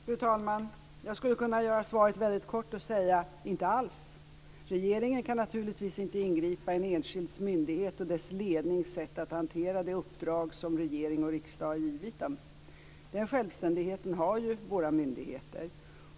Fru talman! Jag skulle kunna göra svaret väldigt kort och säga: inte alls. Regeringen kan naturligtvis inte ingripa i en enskild myndighets och dess lednings sätt att hantera det uppdrag som regering och riksdag har givit dem. Den självständigheten har ju våra myndigheter.